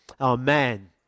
Amen